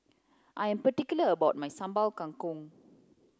I am particular about my Sambal Kangkong